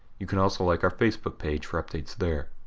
you can also like our facebook page for updates there.